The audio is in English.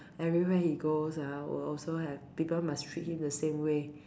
everywhere he goes ah will also have people must treat him the same way